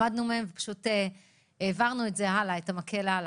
למדנו מהם ופשוט העברנו את המקל הלאה.